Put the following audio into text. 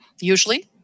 Usually